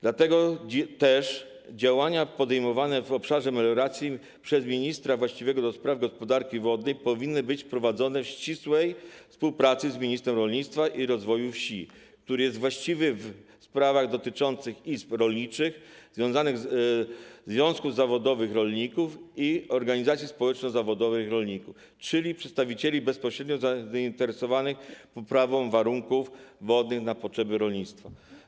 Dlatego też działania podejmowane w obszarze melioracji przez ministra właściwego do spraw gospodarki wodnej powinny być prowadzone w ścisłej współpracy z ministrem rolnictwa i rozwoju wsi, który jest właściwy w sprawach dotyczących izb rolniczych, związków zawodowych rolników i organizacji społeczno-zawodowych rolników, czyli przedstawicieli bezpośrednio zainteresowanych poprawą warunków wodnych na potrzeby rolnictwa.